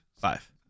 Five